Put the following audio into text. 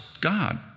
God